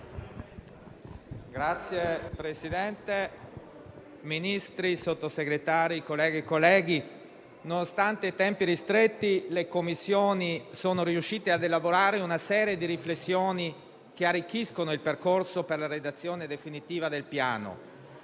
Presidente, signori Ministri e Sottosegretari, colleghe e colleghi, nonostante i tempi ristretti, le Commissioni sono riuscite a elaborare una serie di riflessioni che arricchiscono il percorso per la redazione definitiva del Piano